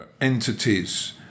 entities